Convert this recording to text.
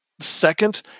second